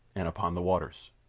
and upon the waters.